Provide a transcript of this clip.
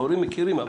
ההורים מכירים,